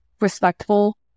respectful